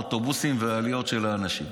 האוטובוסים והעליות של האנשים.